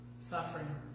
suffering